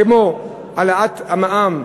כמו העלאת המע"מ,